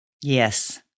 Yes